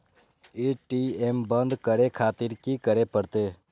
ATM बंद करें खातिर की करें परतें?